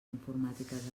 informàtiques